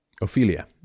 Ophelia